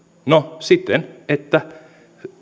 no siten että